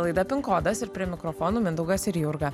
laida kodas ir prie mikrofonų mindaugas ir jurga